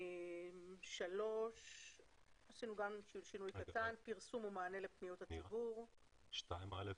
אני מבין שסעיף 2(א)